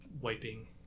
wiping